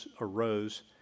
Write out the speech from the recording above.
arose